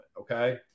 okay